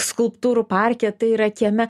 skulptūrų parke tai yra kieme